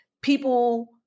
people